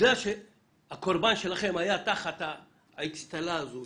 בגלל שהקורבן שלכם היה תחת האצטלה של